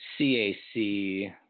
CAC